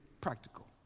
practical